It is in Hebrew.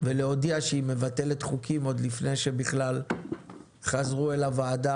ולהודיע שהיא מבטלת חוקים עוד לפני שבכלל חזרו אל הוועדה,